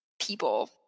people